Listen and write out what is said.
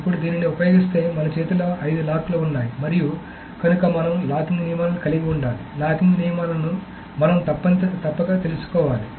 ఇప్పుడు దీనిని ఉపయోగిస్తే మన చేతిలో 5 లాక్ లు ఉన్నాయి మరియు కనుక మనం లాకింగ్ నియమాలను కలిగి ఉండాలి లాకింగ్ నియమాలను మనం తప్పక తెలుసుకోవాలి